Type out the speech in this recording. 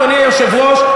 אדוני היושב-ראש,